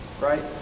right